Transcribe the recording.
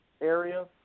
area